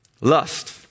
Lust